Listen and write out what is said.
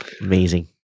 amazing